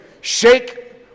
Shake